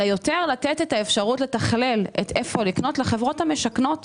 אלא יותר לתת את האפשרות לחברות המשכנות